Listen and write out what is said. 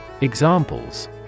Examples